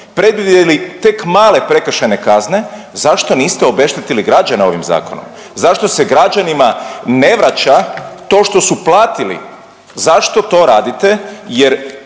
predvidjeli tek male prekršajne kazne? Zašto niste obeštetili građane ovim zakonom? Zašto se građanima ne vraća to što su platili? Zašto to radite